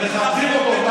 דודי, כשאתם, מכבדים אותו.